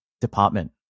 department